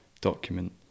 document